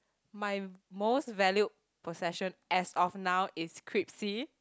my most valued possession as of now is Kripsy